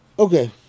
Okay